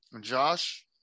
Josh